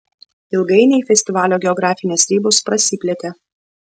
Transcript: ilgainiui festivalio geografinės ribos prasiplėtė